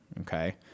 Okay